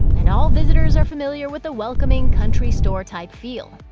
and all visitors are familiar with the welcoming, country store-type feel.